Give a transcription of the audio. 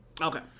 Okay